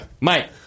Mike